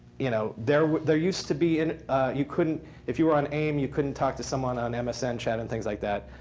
you know there there used to be and you couldn't if you were on aim, you couldn't talk to someone on msn chat and things like that.